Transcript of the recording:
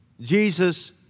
Jesus